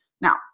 Now